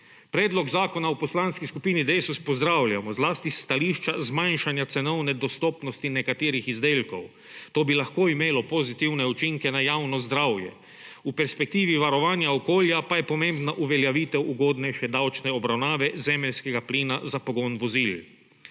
Predlog zakona v Poslanski skupini Desus pozdravljamo, zlasti s stališča zmanjšanja cenovne dostopnosti nekaterih izdelkov. To bi lahko imelo pozitivne učinke na javno zdravje, v perspektivi varovanja okolja pa je pomembna uveljavitev ugodnejše davčne obravnave zemeljskega plina za pogon vozil.